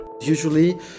Usually